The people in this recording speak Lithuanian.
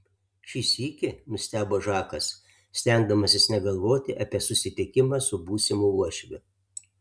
šį sykį nustebo žakas stengdamasis negalvoti apie susitikimą su būsimu uošviu